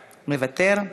מוותר.